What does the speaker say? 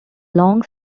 long